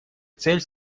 цель